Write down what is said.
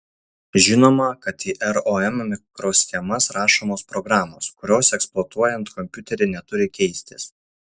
žinoma kad į rom mikroschemas rašomos programos kurios eksploatuojant kompiuterį neturi keistis